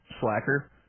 slacker